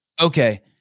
Okay